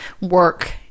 work